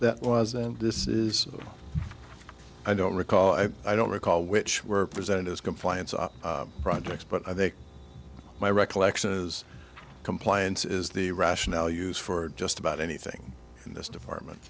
that was and this is i don't recall i i don't recall which were present as compliance on projects but i think my recollection is compliance is the rationale used for just about anything in this department